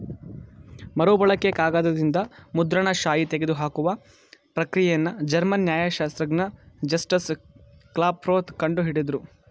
ಮರುಬಳಕೆ ಕಾಗದದಿಂದ ಮುದ್ರಣ ಶಾಯಿ ತೆಗೆದುಹಾಕುವ ಪ್ರಕ್ರಿಯೆನ ಜರ್ಮನ್ ನ್ಯಾಯಶಾಸ್ತ್ರಜ್ಞ ಜಸ್ಟಸ್ ಕ್ಲಾಪ್ರೋತ್ ಕಂಡು ಹಿಡುದ್ರು